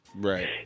Right